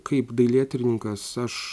kaip dailėtyrininkas aš